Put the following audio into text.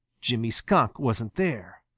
jimmy skunk wasn't there.